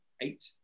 eight